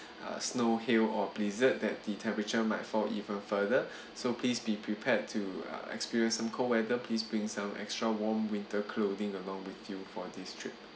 uh snow hail or blizzard that the temperature might fall even further so please be prepared to uh experience some cold weather please bring some extra warm winter clothing along with you for this trip